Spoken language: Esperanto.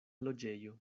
loĝejo